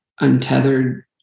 untethered